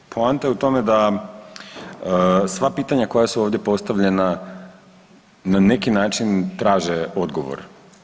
Poanta je u tome da sva pitanja koja su ovdje postavljena, na neki način traže odgovor.